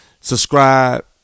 subscribe